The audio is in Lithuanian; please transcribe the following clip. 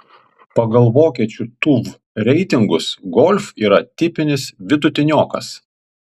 pagal vokiečių tuv reitingus golf yra tipinis vidutiniokas